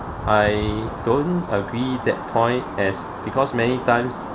I don't agree that point as because many times